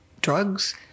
drugs